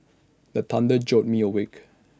the thunder jolt me awake